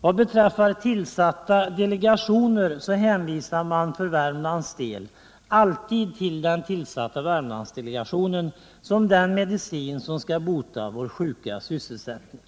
Vad beträffar tillsatta delegationer hänvisar man för Värmlands del alltid till den tillsatta Värmlandsdelegationen som den medicin som skall bota vår sjuka sysselsättning.